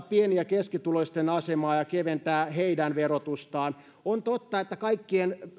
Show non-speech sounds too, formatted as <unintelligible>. <unintelligible> pieni ja keskituloisten asemaa ja keventää heidän verotustaan on totta että kaikkien